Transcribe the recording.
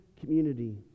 community